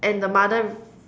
and the mother